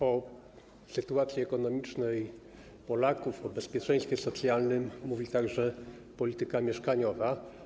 O sytuacji ekonomicznej Polaków, o bezpieczeństwie socjalnym mówi także polityka mieszkaniowa.